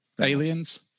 Aliens